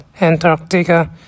Antarctica